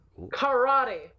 Karate